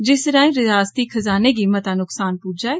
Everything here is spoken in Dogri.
जिस राए रियास्ती खजाने गी मता नुक्सान पुज्जा ऐ